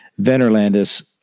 Venerlandis